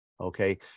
Okay